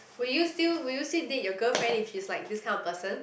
will you still will you still date your girlfriend if she's like this kind of person